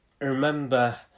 remember